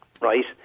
right